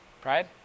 Pride